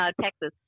texas